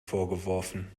vorgeworfen